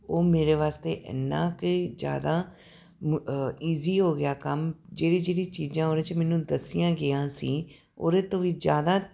ਉਹ ਮੇਰੇ ਵਾਸਤੇ ਇੰਨਾ ਕੁ ਜ਼ਿਆਦਾ ਈਜ਼ੀ ਹੋ ਗਿਆ ਕੰਮ ਜਿਹੜੀ ਜਿਹੜੀ ਚੀਜ਼ਾਂ ਉਹਦੇ 'ਚ ਮੈਨੂੰ ਦੱਸੀਆਂ ਗਈਆਂ ਸੀ ਉਹਦੇ ਤੋਂ ਵੀ ਜ਼ਿਆਦਾ